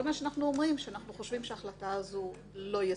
כל מה שאנחנו אומרים זה שאנחנו חושבים שההחלטה הזאת לא ישימה.